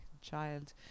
child